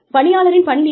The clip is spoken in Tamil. பணியாளரின் பணி நீக்கம்